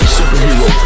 Superhero